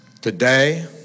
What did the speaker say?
Today